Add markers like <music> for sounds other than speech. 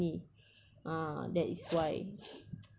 <noise>